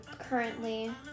currently